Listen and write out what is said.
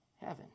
Heaven